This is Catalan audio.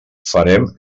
farem